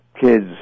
kids